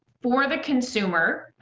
for the consumer,